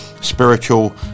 spiritual